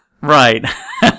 Right